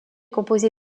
composé